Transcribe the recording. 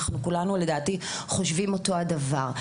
לדעתי כולנו חושבים אותו הדבר.